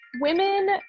Women